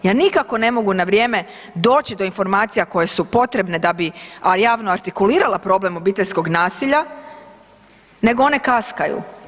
Ja nikako ne mogu na vrijeme doći do informacija koje su potrebne da bi, a javno artikulirala problem obiteljskog nasilja, nego one kaskaju.